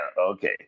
okay